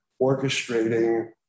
orchestrating